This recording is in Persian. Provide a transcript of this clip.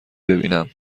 ببینم